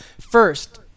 First